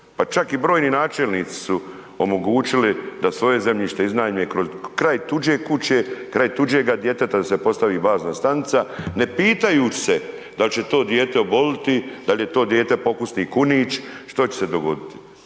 pa čak i brojni načelnici su omogućili da svoje zemljište iznajme kraj tuđe kuće, kraj tuđega djeteta, da se postavi bazna stanica, ne pitajući se dal će to dijete oboliti, dal je to dijete pokusni kunić, što će se dogoditi.